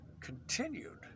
continued